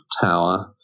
Tower